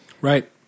Right